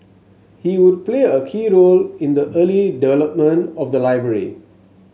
he would play a key role in the early development of the library